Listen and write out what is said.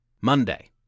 Monday